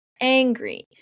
angry